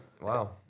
Wow